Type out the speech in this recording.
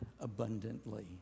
abundantly